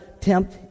tempt